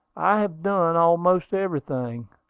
i have done almost everything.